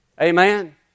Amen